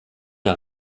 der